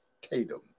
Tatum